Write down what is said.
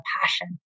passion